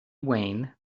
wayne